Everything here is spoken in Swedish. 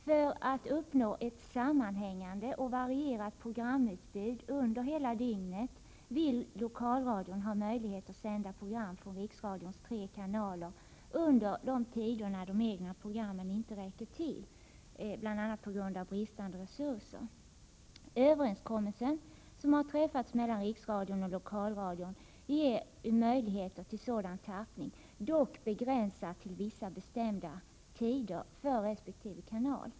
För att uppnå ett sammanhängande och varierat programutbud under hela dygnet vill lokalradion ha möjlighet att sända program från riksradions tre kanaler under tider när de egna programmen inte räcker till, bl.a. på grund av bristande resurser. Den överenskommelse som har träffats mellan Riksradion och Lokalradion ger möjligheter till sådan tappning, dock begränsad till vissa bestämda tider för resp. kanal.